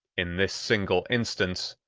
in this single instance,